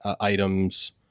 items